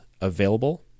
available